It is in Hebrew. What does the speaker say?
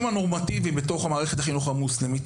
הנורמטיביים בתוך מערכת החינוך המוסלמית?